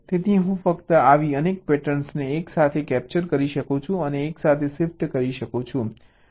તેથી હું ફક્ત આવી અનેક પેટર્નને એકસાથે કેપ્ચર કરી શકું છું અને એકસાથે શિફ્ટ કરી શકું છું